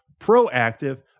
proactive